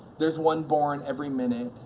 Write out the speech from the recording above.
there's one born every minute.